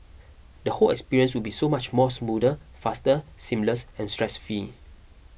the whole experience would be so much more smoother faster seamless and stress fee